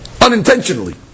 unintentionally